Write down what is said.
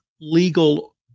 legal